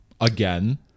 again